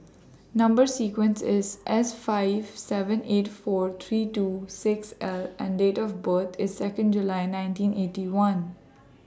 Number sequence IS S five seven eight four three two six L and Date of birth IS Second July nineteen Eighty One